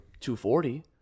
240